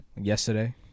yesterday